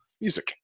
music